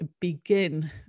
begin